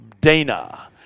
Dana